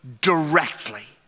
directly